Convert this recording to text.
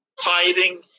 fighting